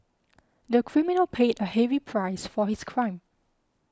the criminal paid a heavy price for his crime